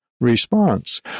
response